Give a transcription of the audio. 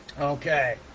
Okay